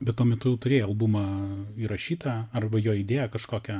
bet tuo metu turėjai albumą įrašytą arba jo idėją kažkokią